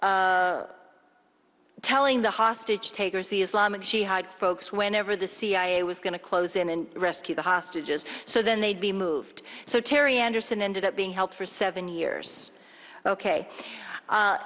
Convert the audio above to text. telling the hostage takers the islamic jihad folks whenever the cia was going to close in and rescue the hostages so then they'd be moved so terry anderson ended up being held for seven years ok